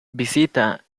visita